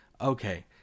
okay